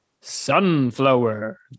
Sunflower